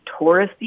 touristy